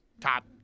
top